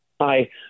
Hi